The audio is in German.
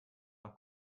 nach